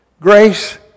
Grace